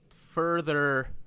further